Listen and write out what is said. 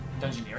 Dungeoneering